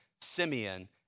Simeon